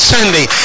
Sunday